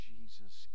Jesus